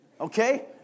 Okay